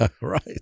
right